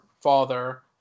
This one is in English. father